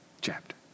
chapter